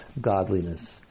godliness